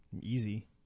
easy